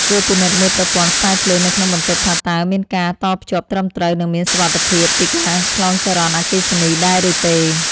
គួរពិនិត្យមើលប្រព័ន្ធខ្សែភ្លើងនៅក្នុងបន្ទប់ថាតើមានការតភ្ជាប់ត្រឹមត្រូវនិងមានសុវត្ថិភាពពីការឆ្លងចរន្តអគ្គិសនីដែរឬទេ។